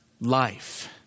life